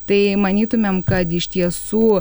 tai manytumėm kad iš tiesų